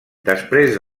després